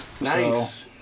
Nice